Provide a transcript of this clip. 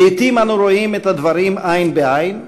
לעתים אנו רואים את הדברים עין בעין,